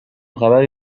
خبری